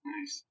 Nice